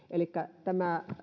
elikkä tämä